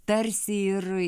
tarsi ir